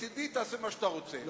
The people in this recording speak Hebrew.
מצדי תעשה מה שאתה רוצה.